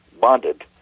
bonded